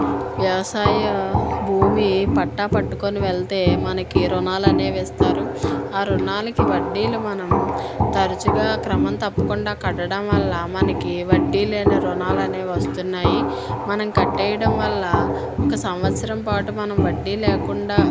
వ్యవసాయ భూమి పట్టా పట్టుకొని వెళితే మనకి ఋణాలు అనేవి ఇస్తారు ఆ ఋణాలకి వడ్డీలు మనం తరచుగా క్రమం తప్పకుండా కట్టడం వల్ల మనకి వడ్డీ లేని ఋణాలు అనేవి వస్తున్నాయి మనం కట్టడం వల్ల ఒక సంవత్సరం పాటు మనం వడ్డీ లేకుండా